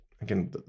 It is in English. again